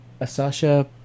Asasha